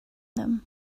them